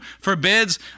forbids